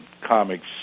comics